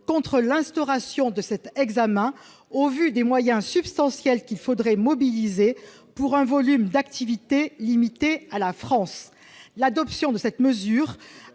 contre l'instauration de cet examen au vu des moyens substantiels qu'il faudrait mobiliser pour un volume d'activités limité à la France. L'adoption de cette mesure